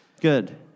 Good